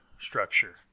structure